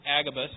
Agabus